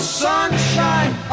sunshine